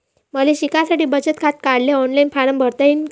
मले शिकासाठी बचत खात काढाले ऑनलाईन फारम भरता येईन का?